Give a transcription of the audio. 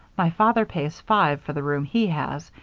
my father pays five for the room he has,